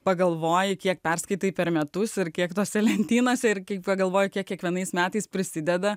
pagalvoji kiek perskaitai per metus ar kiek tose lentynose ir pagalvoji kiek kiekvienais metais prisideda